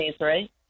right